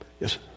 Yes